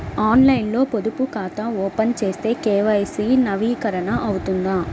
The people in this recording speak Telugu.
ఆన్లైన్లో పొదుపు ఖాతా ఓపెన్ చేస్తే కే.వై.సి నవీకరణ అవుతుందా?